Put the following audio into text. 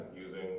using